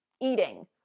eating